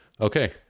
okay